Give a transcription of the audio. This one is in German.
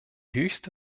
höchste